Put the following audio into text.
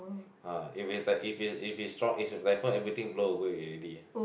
ah if it's like if it if it strong if is typhoon everything blow away already